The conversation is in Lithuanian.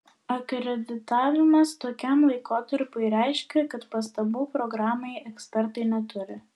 akreditavimas tokiam laikotarpiui reiškia kad pastabų programai ekspertai neturi